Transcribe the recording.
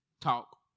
talk